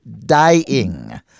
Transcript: dying